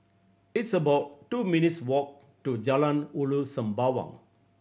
it's about two minutes' walk to Jalan Ulu Sembawang